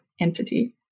entity